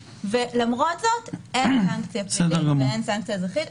למרות זאת אין סנקציה פלילית ואין סנקציה אזרחית.